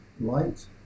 light